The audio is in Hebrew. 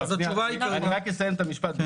ברשותך, אני רק אסיים את המשפט.